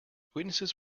witnesses